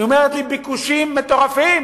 ביקושים מטורפים,